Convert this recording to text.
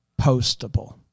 Postable